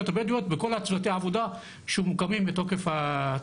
הבדואיות בכל צוותי העבודה שמוקמים בתוכנית.